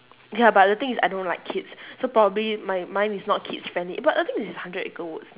ya but the thing is I don't like kids so probably mine mine is not kids friendly but the thing is it's hundred acre woods